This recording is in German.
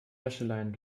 wäscheleinen